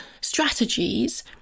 strategies